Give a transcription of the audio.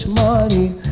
money